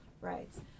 rights